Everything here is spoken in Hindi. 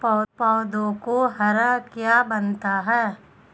पौधों को हरा क्या बनाता है?